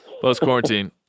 Post-quarantine